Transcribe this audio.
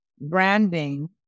branding